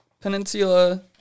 Peninsula